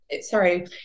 Sorry